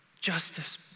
Justice